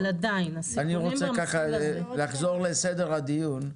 אבל עדיין הסיכונים במסלול הזה --- אני רוצה לחזור לסדר הדיון.